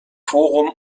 forum